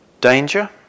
danger